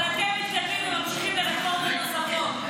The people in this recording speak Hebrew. אבל אתם מתקדמים וממשיכים לרפורמות נוספות,